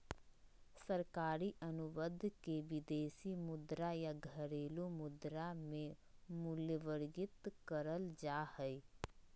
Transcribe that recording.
सरकारी अनुबंध के विदेशी मुद्रा या घरेलू मुद्रा मे मूल्यवर्गीत करल जा हय